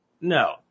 No